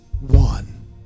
one